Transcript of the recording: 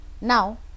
now